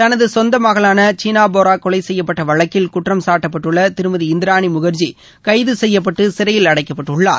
தனது சொந்த மகளான சீனாபோரா கொலை செய்யப்பட்ட வழக்கில் குற்றம்சாட்டப்பட்டுள்ள திருமதி இந்திரானி முகர்ஜி கைது செய்யப்பட்டு சிறையில் அடைக்கப்பட்டுள்ளார்